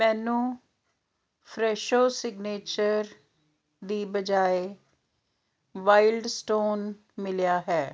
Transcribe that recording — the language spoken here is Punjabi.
ਮੈਨੂੰ ਫਰੈਸ਼ੋ ਸਿਗਨੇਚਰ ਦੀ ਬਜਾਏ ਵਾਈਲਡ ਸਟੋਨ ਮਿਲਿਆ ਹੈ